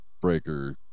breaker